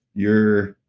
you're